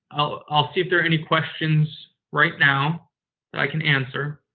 i'll see if there are any questions right now that i can answer,